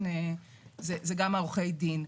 אלו גם עורכי הדין.